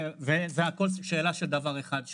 והכל זה שאלה של דבר אחד,